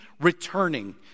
returning